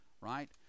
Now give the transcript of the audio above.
Right